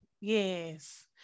Yes